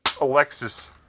Alexis